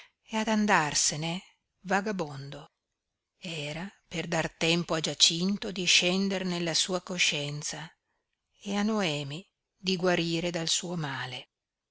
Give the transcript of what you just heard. e ad andarsene vagabondo era per dar tempo a giacinto di scender nella sua coscienza e a noemi di guarire dal suo male